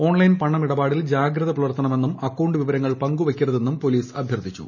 online പണമിടപാടിൽ ജാഗ്രത പുലർത്തണമെന്നും അക്കൌണ്ട് വിവരങ്ങൾ പങ്കുവയ്ക്കരുതെന്നും പോലീസ് അഭ്യർത്ഥിച്ചു